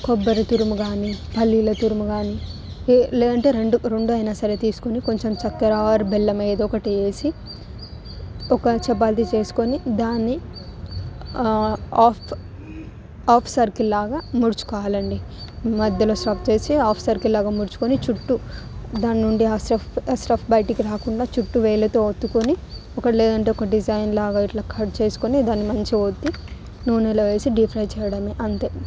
కొబ్బరి తురుము కానీ పల్లీల తురుము కానీ లేదంటే రెండుకు రెండు అయినా సరే తీసుకొని కొంచెం చక్కెర ఆర్ బెల్లం ఏదో ఒకటి వేసి ఒక చపాతి చేసుకొని దాన్ని హాఫ్ హాఫ్ సర్కిల్లాగా మడుచుకోవాలి అండి మధ్యలో స్టఫ్ చేసి హాఫ్ సర్కిల్లాగా మడుచుకొని చుట్టు దాని నుండి ఆ స్టఫ్ ఆ స్టఫ్ బయటికి రాకుండా చుట్టు వేళ్ళతో ఒత్తుకొని ఒకటి లేదంటే ఒక డిజైన్లాగా ఇట్లా కట్ చేసుకుని దాన్ని మంచిగా వత్తి నూనెలో వేసి డీప్ ఫ్రై చేయడమే అంతే